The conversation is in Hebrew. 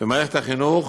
במערכת החינוך,